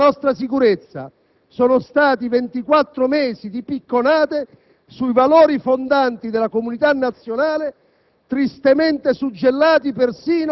In questi due anni il Presidente del Consiglio ha compromesso le speranze dei giovani nel futuro e ha minato il presente delle famiglie italiane.